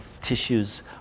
tissues